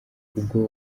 ubwo